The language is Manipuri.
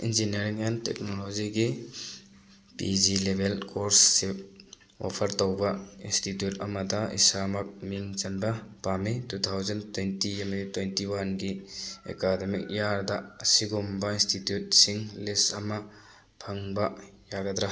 ꯏꯟꯖꯤꯅꯤꯌꯔꯤꯡ ꯑꯦꯟ ꯇꯦꯛꯅꯣꯂꯣꯖꯤꯒꯤ ꯄꯤ ꯖꯤ ꯂꯦꯚꯦꯜ ꯀꯣꯔꯁꯁꯤꯞ ꯑꯣꯐꯔ ꯇꯧꯕ ꯏꯟꯁꯇꯤꯇ꯭ꯌꯨꯠ ꯑꯃꯗ ꯏꯁꯥꯃꯛ ꯃꯤꯡ ꯆꯟꯕ ꯄꯥꯝꯃꯤ ꯇꯨ ꯊꯥꯎꯖꯟ ꯇ꯭ꯋꯦꯟꯇꯤ ꯑꯃꯗꯤ ꯇ꯭ꯋꯦꯟꯇꯤ ꯋꯥꯟꯒꯤ ꯑꯦꯀꯥꯗꯃꯤꯛ ꯏꯌꯔꯗ ꯑꯁꯤꯒꯨꯝꯕ ꯏꯟꯁꯇꯤꯇ꯭ꯌꯨꯠꯁꯤꯡ ꯂꯤꯁ ꯑꯃ ꯐꯪꯕ ꯌꯥꯒꯗ꯭ꯔꯥ